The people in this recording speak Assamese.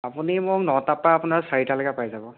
আপুনি মোক নটাৰ পৰা আপোনাৰ চাৰিটালৈকে পাই যাব